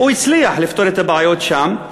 הוא הצליח לפתור את הבעיות שם,